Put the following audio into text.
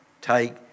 take